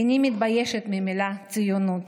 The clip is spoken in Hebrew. איני מתביישת במילה "ציונות".